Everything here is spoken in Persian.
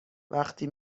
وقتی